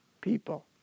people